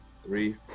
Three